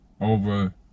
over